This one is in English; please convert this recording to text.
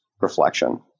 reflection